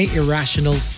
irrational